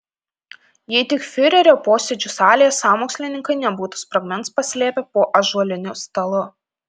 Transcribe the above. jei tik fiurerio posėdžių salėje sąmokslininkai nebūtų sprogmens paslėpę po ąžuoliniu stalu